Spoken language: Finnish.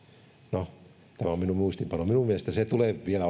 no tämä on minun muistiinpanoni minun mielestäni tämä perintövero tulee olemaan vielä